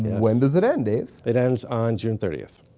when does it end dave? it ends on june thirty.